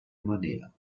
manera